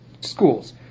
schools